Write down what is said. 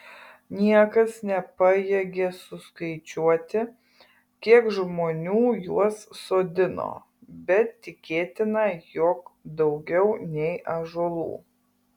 niekas nepajėgė suskaičiuoti kiek žmonių juos sodino bet tikėtina jog daugiau nei ąžuolų